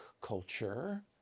culture